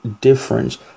difference